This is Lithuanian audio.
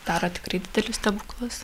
daro tikrai didelius stebuklus